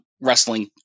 wrestling